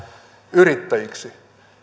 yrittäjiksi